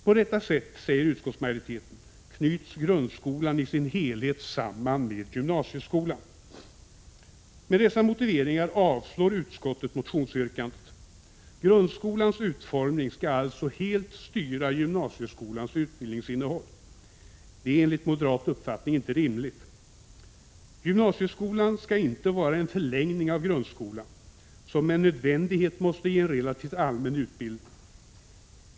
På detta sätt, säger utskottsmajoriteten, knyts grundskolan i sin helhet samman med gymnasieskolan. Med dessa motiveringar avslår utskottet motionsyrkandet. Grundskolans utformning skall alltså helt styra gymnasieskolans utbildningsinnehåll. Detta är enligt moderat uppfattning inte rimligt. Gymnasieskolan skall inte vara en förlängning av grundskolan, som med nödvändighet måste ge en relativt allmän utbildning.